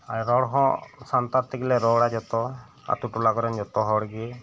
ᱨᱚᱲ ᱦᱚᱸ ᱥᱟᱱᱛᱟᱲ ᱛᱮᱜᱮ ᱞᱮ ᱨᱚᱲᱟ ᱡᱷᱚᱛᱚ ᱟᱛᱳ ᱴᱚᱞᱟ ᱠᱚᱨᱮᱱ ᱡᱚᱛᱚ ᱦᱚᱲ ᱜᱮ